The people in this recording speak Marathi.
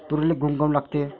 तुरीले घुंग काऊन लागते?